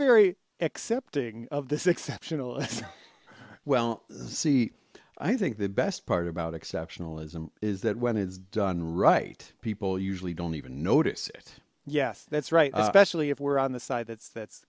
very accepting of this exceptional well see i think the best part about exceptionalism is that when it's done right people usually don't even notice it yes that's right especially if we're on the side that's that's